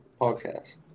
podcast